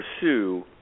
pursue